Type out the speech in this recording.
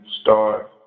start